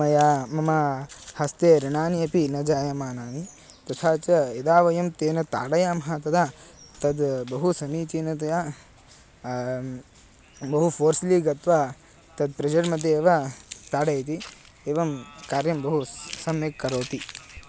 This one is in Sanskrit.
मया मम हस्ते व्रणानि अपि न जायमानानि तथा च यदा वयं तेन ताडयामः तदा तद् बहु समीचीनतया बहु फ़ोर्स्ली गत्वा तद् प्रेज़र्मध्ये एव ताडयति एवं कार्यं बहु स् सम्यक् करोति